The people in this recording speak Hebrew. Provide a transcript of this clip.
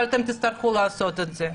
אבל אתם תצטרכו לעשות את זה.